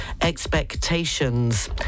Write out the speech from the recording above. expectations